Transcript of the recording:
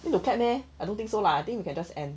need to clap meh I don't think so lah I think we can just end